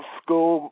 school